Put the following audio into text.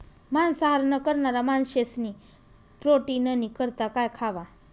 मांसाहार न करणारा माणशेस्नी प्रोटीननी करता काय खावा